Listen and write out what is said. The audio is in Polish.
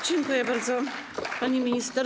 Dziękuję bardzo, pani minister.